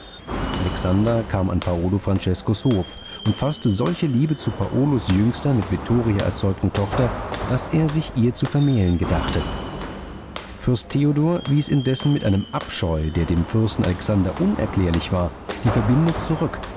alexander kam an paolo franceskos hof und faßte solche liebe zu paolos jüngster mit vittoria erzeugten tochter daß er sich ihr zu vermählen gedachte fürst theodor wies indessen mit einem abscheu der dem fürsten alexander unerklärlich war die verbindung zurück